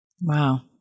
Wow